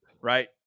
right